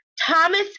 Thomas